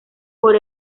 por